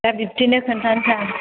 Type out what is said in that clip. दा बिबथैनो खोनथानोसां